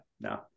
no